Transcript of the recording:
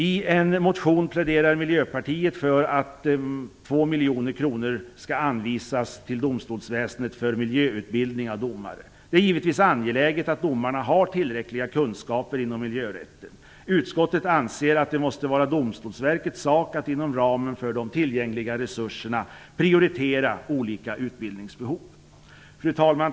I en motion pläderar Miljöpartiet för att 2 miljoner skall anvisas till domstolsväsendet för miljöutbildning av domare. Det är givetvis angeläget att domarna har tillräckliga kunskaper inom miljörätten. Utskottet anser att det måste vara Domstolsverkets sak att inom ramen för de tillgängliga resurserna prioritera olika utbildningsbehov. Fru talman!